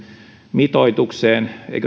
mitoituksesta